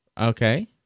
Okay